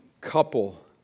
couple